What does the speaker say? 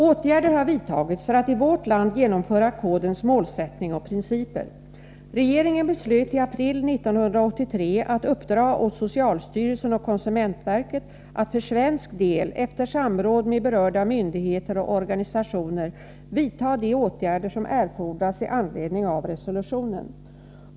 Åtgärder har vidtagits för att i vårt land genomföra kodens målsättning och principer. Regeringen beslöt i april 1983 att uppdra åt socialstyrelsen och konsumentverket att för svensk del, efter samråd med berörda myndigheter och organisationer, vidta de åtgärder som erfordras i anledning av resolutionen.